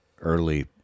early